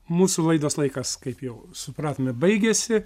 mūsų laidos laikas kaip jau supratome baigiasi